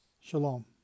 Shalom